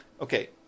Okay